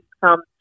come